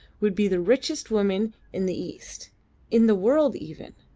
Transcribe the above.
would be the richest woman in the east in the world even.